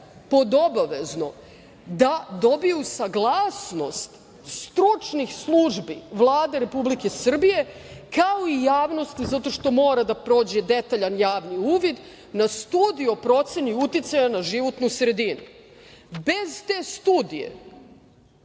pod obavezno da dobiju saglasnost stručnih službi Vlade Republike Srbije, kao i javnosti, zato što mora da prođe detaljan javni uvid na Studiju o proceni uticaja na životnu sredinu. Bez te studije